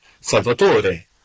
Salvatore